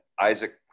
Isaac